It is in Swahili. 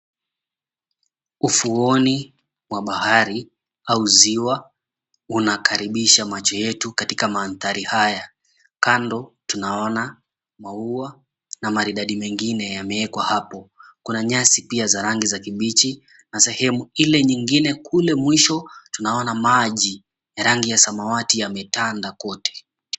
Ufuoni wa bahari au ziwa unakaribisha macho yetu katika mandhari haya. Kando tunaona maua na maridadi mengine yameekwa hapo. Kuna nyasi pia za rangi za kibichi na sehemu ile nyingine kule mwisho tunaona maji ya rangi ya samawati yametanda kote.